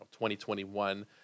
2021